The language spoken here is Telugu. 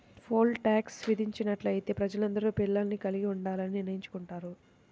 పోల్ టాక్స్ విధించినట్లయితే ప్రజలందరూ పిల్లల్ని కలిగి ఉండాలని నిర్ణయించుకుంటారు